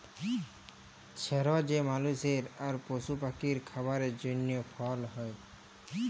ছের যে মালুসের আর পশু পাখির খাবারের জ্যনহে ফল হ্যয়